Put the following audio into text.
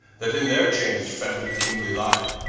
that in their chaines fetter'd the kingly lyon,